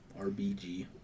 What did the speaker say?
Rbg